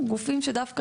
גופים שדווקא,